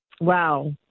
Wow